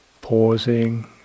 pausing